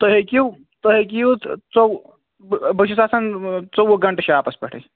تُہۍ ہیٚکِو تُہۍ ہیٚکِو یِتھ ژۄوُہ بہٕ چھُس آسَن ژۄوُہ گَنٛٹہٕ شاپَس پیٚٹھٕے